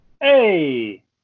Hey